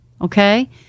okay